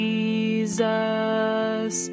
Jesus